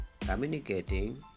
communicating